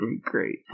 Great